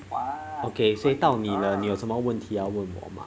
okay 所以到你了你有什么问题要问我吗